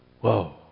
Whoa